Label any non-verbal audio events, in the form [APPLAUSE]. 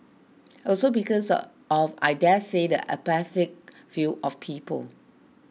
also because [HESITATION] of I daresay the apathetic view of people